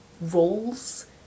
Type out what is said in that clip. roles